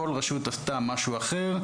כל רשות עשתה משהו אחר,